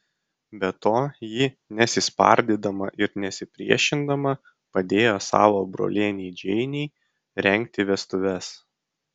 be to ji nesispardydama ir nesipriešindama padėjo savo brolienei džeinei rengti vestuves